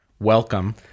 Welcome